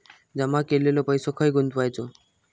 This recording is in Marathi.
जमा केलेलो पैसो खय गुंतवायचो?